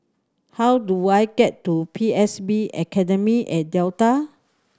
how do I get to P S B Academy at Delta